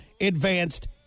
Advanced